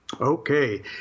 Okay